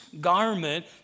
garment